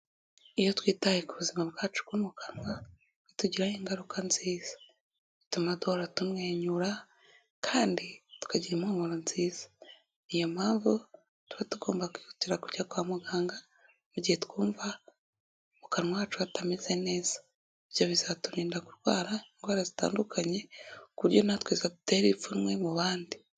Iyo twitaye ku buzima bwacu bwo mu kanwa, bitugiraho ingaruka nziza, bituma duhora tumwenyura kandi tukagira impumuro nziza, niyo mpamvu tuba tugomba kwihutira kujya kwa muganga mu gihe twumva mu kanwa hacu tameze neza, ibyo bizaturinda kurwara indwara zitandukanye ku buryo na twe zadutera ipfunwe mu bandi.